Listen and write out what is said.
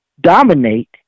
dominate